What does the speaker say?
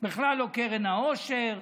בכלל לא קרן העושר.